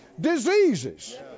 Diseases